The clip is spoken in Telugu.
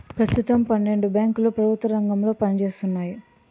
పెస్తుతం పన్నెండు బేంకులు ప్రెభుత్వ రంగంలో పనిజేత్తన్నాయి